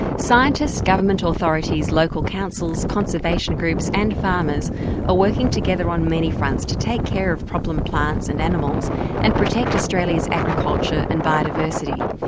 scientists, government authorities, local councils, conservation groups and farmers are working together together on many fronts to take care of problem plants and animals and protect australia's agriculture and biodiversity.